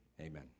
Amen